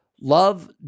love